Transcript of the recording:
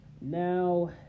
Now